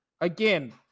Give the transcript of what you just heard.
again